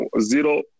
zero